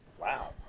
Wow